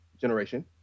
generation